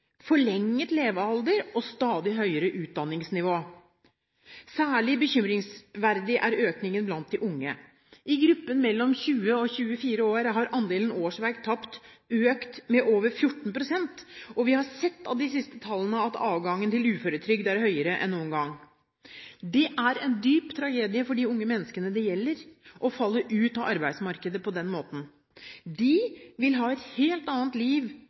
levealder og stadig høyere utdanningsnivå. Særlig bekymringsverdig er økningen blant de unge. I gruppen mellom 20 og 24 år har andelen årsverk tapt økt med over 14 pst., og vi har sett av de siste tallene at avgangen til uføretrygd er høyere enn noen gang. Det er en dyp tragedie for de unge menneskene det gjelder, å falle ut av arbeidsmarkedet på den måten. De vil ha et helt annet liv